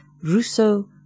Rousseau